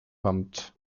kommt